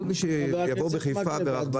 מי שיבוא לחיפה ברכבל --- ח"כ מקלב,